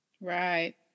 Right